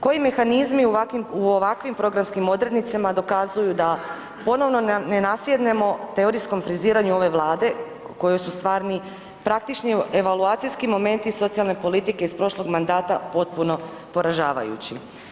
Koji mehanizmi u ovakvim programskim odrednicama dokazuju da ponovno ne nasjednemo teorijskom friziranju ove Vlade kojoj su stvarni, praktični evaluacijski momenti socijalne politike iz prošlog mandata potpuno poražavajući.